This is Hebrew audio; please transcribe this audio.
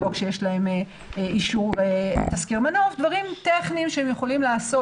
לדאוג שיש להם אישור תסקיר מנוף ודברים טכניים שהם יכולים לעשות,